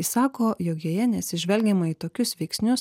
jis sako jog joje neatsižvelgiama į tokius veiksnius